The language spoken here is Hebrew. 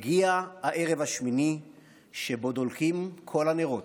הגיע הערב השמיני שבו דולקים כל הנרות,